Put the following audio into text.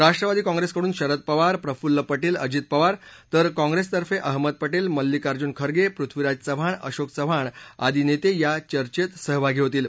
राष्ट्रवादी काँप्रेसकडून शरद पवार प्रफुल्ल पटेल अजित पवार तर काँप्रेसतर्फे अहमद पटेल मल्लिकार्जुन खर्मे पृथ्वीराज चव्हाण अशोक चव्हाण ियादी नेते या चर्चेत सहभागी होतील